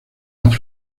las